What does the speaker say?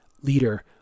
leader